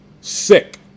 sick